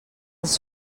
els